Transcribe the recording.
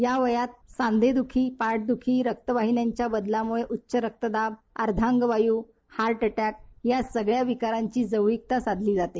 या वयात सांधेदुखी पाठदुखी रक्तवाहिन्यांच्या बदलामुळे उच्च रक्तदाव अर्धांगवायू हार्टअटॅक या सगळ्या विकारांची जवळीकता साथली जाते